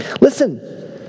Listen